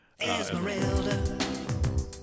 Esmeralda